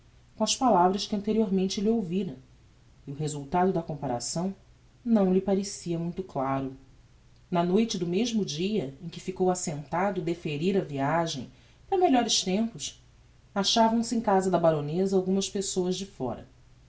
com as palavras que anteriormente lhe ouvira e o resultado da comparação não lhe parecia muito claro na noite do mesmo dia em que ficou assentado defferir a viagem para melhores tempos achavam-se em casa da baroneza algumas pessoas de fóra